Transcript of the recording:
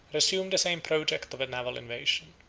resumed the same project of a naval invasion.